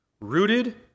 rooted